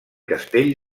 castell